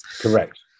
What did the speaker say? Correct